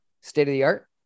state-of-the-art